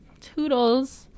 toodles